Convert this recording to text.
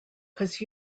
cause